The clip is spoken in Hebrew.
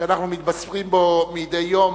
שאנחנו מתבשרים בהן מדי יום,